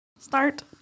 Start